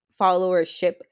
followership